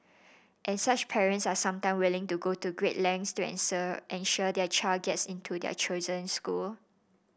and such parents are sometime willing to go to great lengths to ensure ensure their child gets into their chosen school